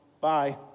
bye